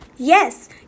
Yes